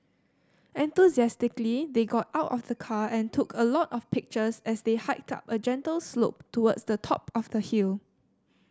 enthusiastically they got out of the car and took a lot of pictures as they hiked up a gentle slope towards the top of the hill